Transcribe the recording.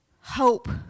hope